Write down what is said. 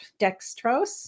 dextrose